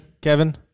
Kevin